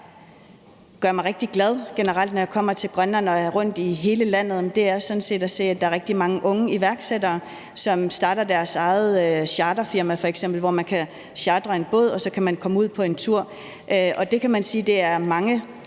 gør mig rigtig glad generelt, når jeg kommer til Grønland og er rundt i hele landet, er sådan set at se, at der er rigtig mange unge iværksættere, som starter deres eget charterfirma f.eks., hvor man kan chartre en båd, og så kan man komme ud på en tur. Der kan man sige, at det er mange